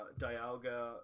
Dialga